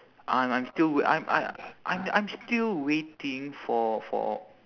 I'm I'm still w~ I'm I~ I'm I'm still waiting for for